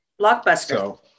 blockbuster